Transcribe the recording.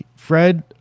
Fred